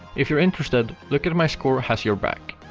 if you're interested, lookatmyscore has your back.